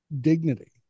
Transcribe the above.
dignity